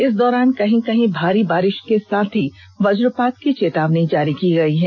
इस दौरान कहीं कहीं भारी बारिश के साथ ही वजपात की चेतावनी जारी की गई है